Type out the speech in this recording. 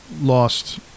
Lost